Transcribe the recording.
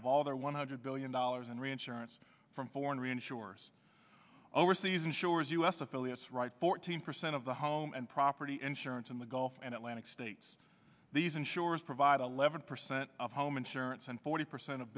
of all their one hundred billion dollars in reinsurance from foreign reinsurance overseas insurers u s affiliates right fourteen percent of the home and property insurance in the gulf and atlantic states these insurers provide eleven percent of home insurance and forty percent of